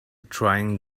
trying